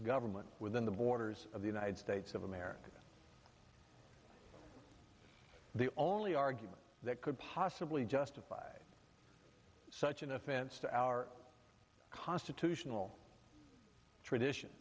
government within the borders of the united states of america the only argument that could possibly justify such an offense to our constitutional tradition